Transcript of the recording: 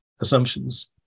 assumptions